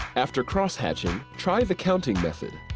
after cross-hatching, try the counting method.